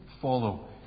follow